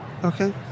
Okay